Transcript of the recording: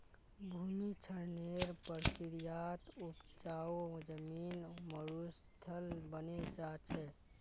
भूमि क्षरनेर प्रक्रियात उपजाऊ जमीन मरुस्थल बने जा छे